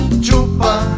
Chupa